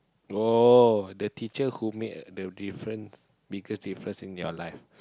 oh the teacher who make the difference biggest difference in your life